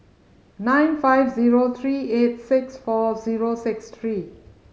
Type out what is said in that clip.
nine five zero three eight six four zero six three